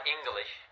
English